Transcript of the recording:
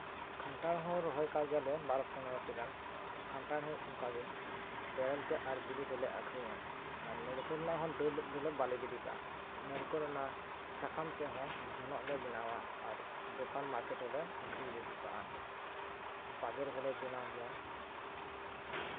ᱠᱷᱟᱱᱴᱟᱲ ᱦᱚᱸ ᱨᱚᱦᱚᱭ ᱟᱠᱟᱫ ᱜᱮᱭᱟᱞᱮ ᱵᱟᱨᱚ ᱯᱚᱱᱮᱨᱳᱴᱤ ᱜᱟᱱ ᱠᱟᱱᱴᱷᱟᱲ ᱦᱚᱸ ᱚᱱᱠᱟᱜᱮ ᱵᱮᱨᱮᱞ ᱛᱮ ᱟᱨ ᱵᱤᱞᱤ ᱛᱮᱞᱮ ᱟᱠᱷᱨᱤᱧᱟ ᱟᱨ ᱱᱟᱲᱠᱳᱞ ᱨᱮᱭᱟᱜ ᱦᱚᱸ ᱰᱟᱹᱨ ᱵᱟᱞᱮ ᱜᱤᱰᱤ ᱠᱟᱜᱼᱟ ᱱᱟᱲᱠᱳᱞ ᱨᱮᱭᱟᱜ ᱥᱟᱠᱟᱢ ᱛᱮᱦᱚᱸ ᱡᱚᱱᱚᱜ ᱞᱮ ᱵᱮᱱᱟᱣᱟ ᱟᱨ ᱫᱚᱠᱟᱱ ᱢᱟᱨᱠᱮᱴ ᱨᱮᱦᱚᱸ ᱠᱤᱨᱤᱧ ᱟᱠᱷᱨᱤᱧ ᱦᱚᱴᱚ ᱠᱟᱜᱼᱟ ᱵᱟᱵᱮᱨ ᱦᱚᱞᱮ ᱵᱮᱱᱟᱣ ᱜᱮᱭᱟ